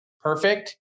perfect